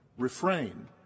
Refrain